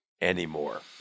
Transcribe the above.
anymore